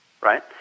Right